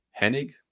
Hennig